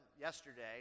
yesterday